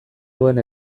duen